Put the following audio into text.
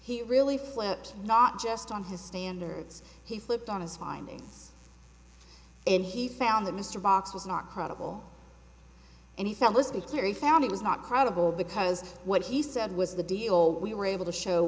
he really flipped not just on his standards he flipped on his findings and he found that mr box was not credible and he felt let's be clear he found it was not credible because what he said was the deal we were able to show